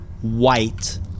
white